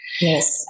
Yes